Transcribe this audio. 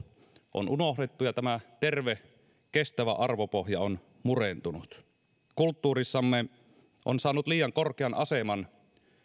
on unohdettu ja tämä terve kestävä arvopohja on murentunut kulttuurissamme on saanut liian korkean aseman